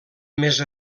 més